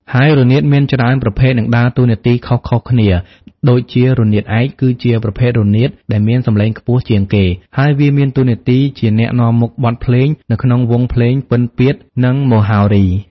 ហើយរនាតមានច្រើនប្រភេទ និងដើរតួនាទីខុសៗគ្នា ដួចជា រនាតឯក គឺជាប្រភេទរនាតដែលមានសំឡេងខ្ពស់ជាងគេ ហើយវាមានតួនាទីជាអ្នកនាំមុខបទភ្លេងនៅក្នុងវង់ភ្លេងពិណពាទ្យ និងមហោរី។